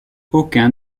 aucun